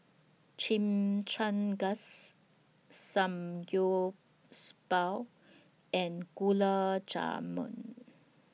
Chimichangas and Gulab Jamun